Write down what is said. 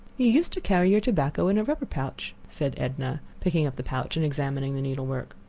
you used to carry your tobacco in a rubber pouch, said edna, picking up the pouch and examining the needlework.